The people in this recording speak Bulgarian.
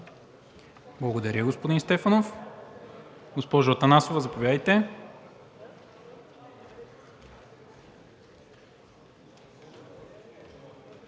Благодаря господин Стефанов. Госпожо Атанасова, заповядайте.